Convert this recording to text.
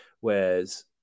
whereas